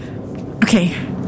Okay